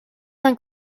d’un